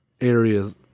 areas